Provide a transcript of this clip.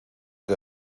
que